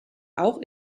auch